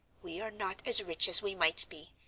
we are not as rich as we might be,